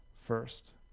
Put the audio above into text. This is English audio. first